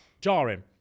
Jarring